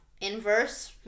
inverse